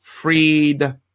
Freed